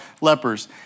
lepers